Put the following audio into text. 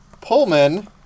Pullman